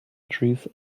trees